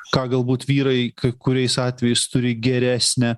ką galbūt vyrai kai kuriais atvejais turi geresnę